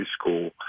school